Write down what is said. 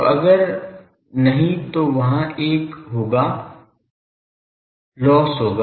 तो अगर नहीं तो वहाँ एक mismatch होगा लॉस होगा